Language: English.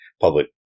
public